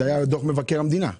זה היה בדוח מבקר המדינה ב-2021.